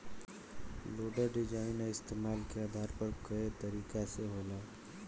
loader design आ इस्तमाल के आधार पर कए तरीका के होला